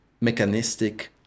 mechanistic